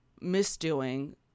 misdoing